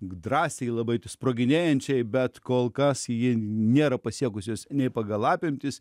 drąsiai labai sproginėjančiai bet kol kas jie nėra pasiekusios nei pagal apimtis